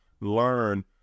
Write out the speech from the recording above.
learn